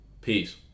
Peace